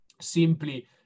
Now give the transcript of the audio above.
simply